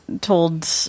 told